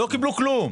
לא קיבלו כלום.